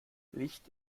licht